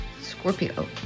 Scorpio